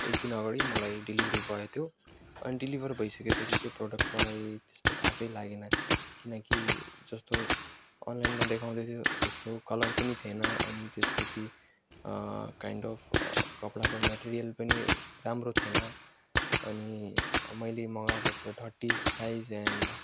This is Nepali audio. एक दिन अगाडि मलाई डेलिभरी भयो त्यो अनि डेलिभर भइ सकेपछि चाहिँ प्रोडक्ट मलाई त्यस्तो खासै लागेन किनकि जस्तो अनलाइनमा देखाउँदैथ्यो त्यस्तो कलर पनि थिएन अनि त्यसपछि काइन्ड अफ कपडाको मेटेरियल पनि राम्रो थिएन अनि मैले मगाएको थियो थर्टी साइज एन्ड